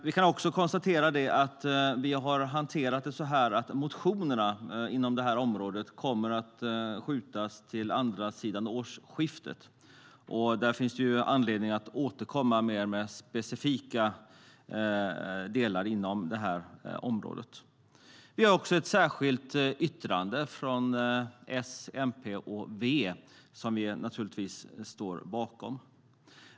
Vi kan även konstatera att vi hanterat ärendet så att motionerna inom utgiftsområdet kommer att skjutas upp till andra sidan årsskiftet. Då finns det anledning att återkomma med mer specifika delar inom området. Vi har också ett särskilt yttrande från S, MP och V som vi naturligtvis står bakom.